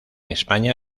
españa